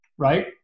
right